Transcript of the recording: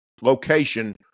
location